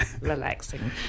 relaxing